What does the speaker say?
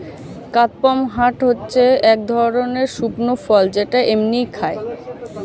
কাদপমহাট হচ্ছে এক ধরণের শুকনো ফল যেটা এমনিই খায়